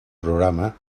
programa